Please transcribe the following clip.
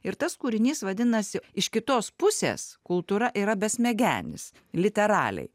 ir tas kūrinys vadinasi iš kitos pusės kultūra yra besmegenis literalei